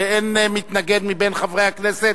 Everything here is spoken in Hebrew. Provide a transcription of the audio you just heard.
ואין מתנגד מבין חברי הכנסת,